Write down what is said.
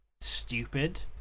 stupid